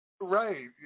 Right